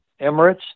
Emirates